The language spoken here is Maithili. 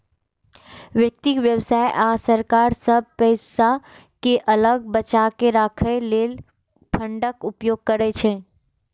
व्यक्ति, व्यवसाय आ सरकार सब पैसा कें अलग बचाके राखै लेल फंडक उपयोग करै छै